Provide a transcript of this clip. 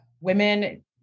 women